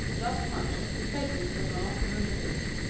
thus much as to faces that are not hieroglyphics.